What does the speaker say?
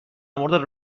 مورد